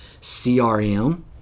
CRM